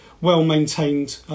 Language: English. well-maintained